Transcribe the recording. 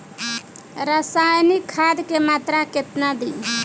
रसायनिक खाद के मात्रा केतना दी?